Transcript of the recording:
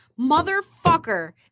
motherfucker